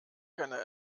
keine